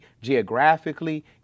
geographically